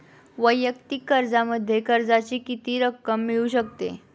वैयक्तिक कर्जामध्ये कर्जाची किती रक्कम मिळू शकते?